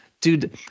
dude